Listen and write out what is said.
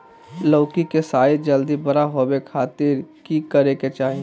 लौकी के साइज जल्दी बड़ा होबे खातिर की करे के चाही?